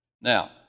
Now